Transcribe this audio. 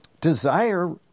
desire